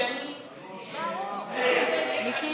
טיבי,